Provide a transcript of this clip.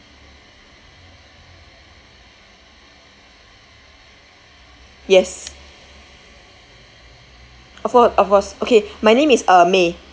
yes of course of course okay my name is uh may